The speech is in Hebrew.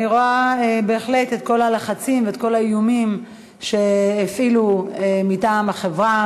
אני רואה בהחלט את כל הלחצים ואת כל האיומים שהפעילו מטעם החברה,